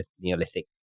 neolithic